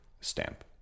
stamp